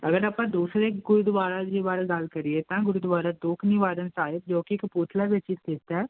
ਅਗਰ ਆਪਾਂ ਦੂਸਰੇ ਗੁਰਦੁਆਰਾ ਜੀ ਬਾਰੇ ਗੱਲ ਕਰੀਏ ਤਾਂ ਗੁਰਦੁਆਰਾ ਦੂਖ ਨਿਵਾਰਨ ਸਾਹਿਬ ਜੋ ਕਿ ਕਪੂਥਲਾ ਵਿੱਚ ਹੀ ਸਥਿਤ ਹੈ